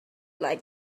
like